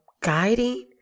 guiding